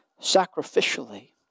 sacrificially